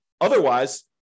Otherwise